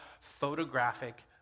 photographic